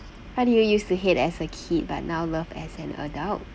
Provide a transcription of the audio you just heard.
what did you use to hate as a kid but now love as an adult